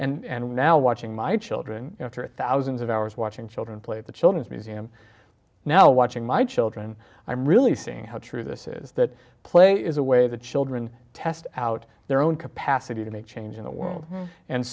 and now watching my children after thousands of hours watching children play the children's museum now watching my children i'm really seeing how true this is that play is a way that children test out their own capacity to make change in the world and